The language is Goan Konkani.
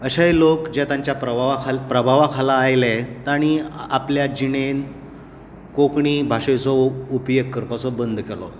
अशें हे लोक जें त्याच्या प्रभावा खाला आयले ताणी आपल्या जिणेंत कोंकणी भाशेचो उपयोग करपाचो बंद केलो